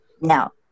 Now